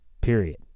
Period